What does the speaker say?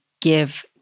give